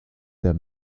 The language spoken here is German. der